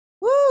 Woo